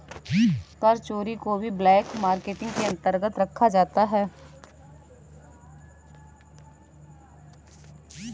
कर चोरी को भी ब्लैक मार्केटिंग के अंतर्गत रखा जाता है